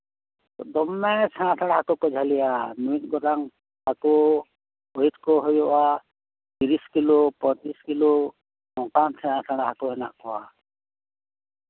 ᱫᱚᱢᱮ ᱥᱮᱬᱟ ᱥᱮᱬᱟ ᱦᱟᱹᱠᱩ ᱠᱚ ᱡᱷᱟᱹᱞᱤᱜᱼᱟ ᱢᱤᱫ ᱜᱚᱴᱟᱝ ᱦᱟᱹᱠᱩ ᱳᱭᱮᱴ ᱠᱚ ᱦᱩᱭᱩᱜᱼᱟ ᱛᱤᱨᱤᱥ ᱠᱤᱞᱳ ᱯᱚᱸᱪᱤᱥ ᱠᱤᱞᱳ ᱚᱱᱠᱟᱱ ᱥᱮᱬᱟ ᱥᱮᱬᱟ ᱦᱟᱹᱠᱩ ᱢᱮᱱᱟᱜ ᱠᱚᱣᱟ